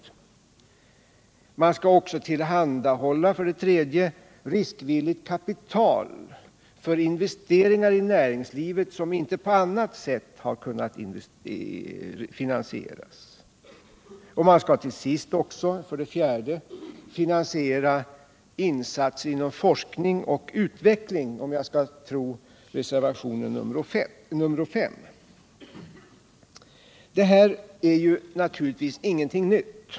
För det tredje skall man tillhandahålla riskvilligt kapital för investeringar i näringslivet som inte kunnat finansieras på annat sätt. För det fjärde skall man finansiera insatser inom forskning och utveckling, om jag skall tro reservation 5. Men det här är ju ingenting nytt.